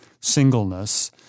singleness—